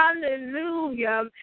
hallelujah